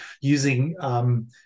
using